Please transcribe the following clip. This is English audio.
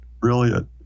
brilliant